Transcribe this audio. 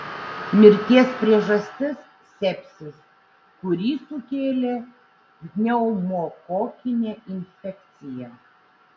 mirties priežastis sepsis kurį sukėlė pneumokokinė infekcija